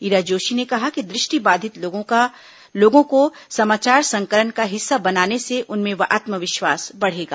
ईरा जोशी ने कहा कि दृष्टिबाधित लोगों को समाचार संकलन का हिस्सा बनाने से उनमें आत्मविश्वास बढ़ेगा